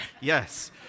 yes